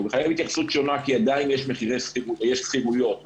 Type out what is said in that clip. כי עדיין יש שכירויות,